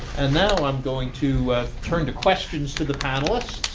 and now, i'm going to turn to questions to the panelists.